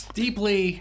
deeply